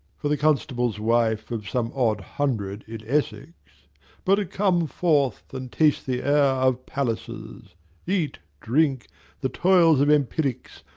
for the constable's wife of some odd hundred in essex but come forth, and taste the air of palaces eat, drink the toils of empirics,